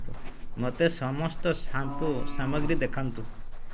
ମୋତେ ସମସ୍ତ ଶମ୍ପୋ ସାମଗ୍ରୀ ଦେଖାନ୍ତୁ